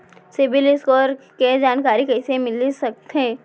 CIBIL score के जानकारी कइसे मिलिस सकथे?